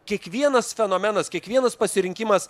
kiekvienas fenomenas kiekvienas pasirinkimas